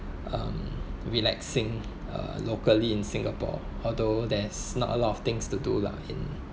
um relaxing uh locally in singapore although there's not a lot of things to do lah in